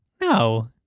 No